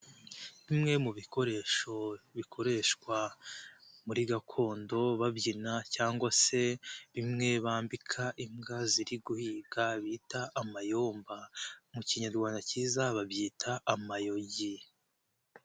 Bimwe mu bikoresho bikoreshwa muri gakondo babyina cyangwa se bimwe bambika imbwa ziri guhiga bita amayomba, mu kinyarwanda cyiza babyita amayogi.